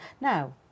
Now